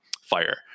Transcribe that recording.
fire